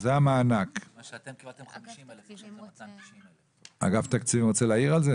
שהוא מחוסר דיור, זכאי